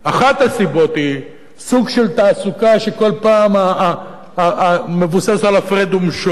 אחת הסיבות היא סוג של תעסוקה שכל פעם מבוסס על הפרד ומשול.